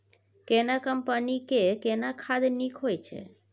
केना कंपनी के केना खाद नीक होय छै?